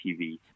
TV